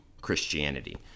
Christianity